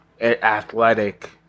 athletic